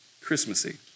Christmassy